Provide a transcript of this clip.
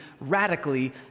radically